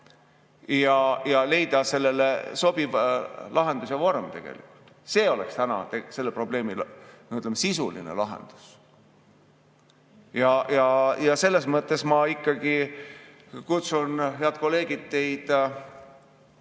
ja leida sobiv lahendus ja vorm tegelikult. See oleks täna selle probleemi sisuline lahendus. Selles mõttes ma ikkagi kutsun, head kolleegid, teid